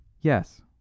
Yes